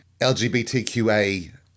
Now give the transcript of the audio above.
LGBTQA